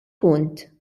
punt